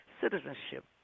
citizenship